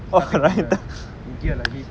starting from the idiot lah he